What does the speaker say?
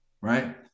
right